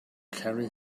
carry